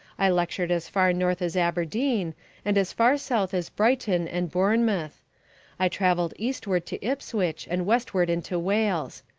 i lectured as far north as aberdeen and as far south as brighton and bournemouth i travelled eastward to ipswich and westward into wales.